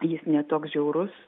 jis ne toks žiaurus